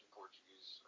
portuguese